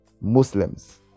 Muslims